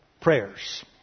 prayers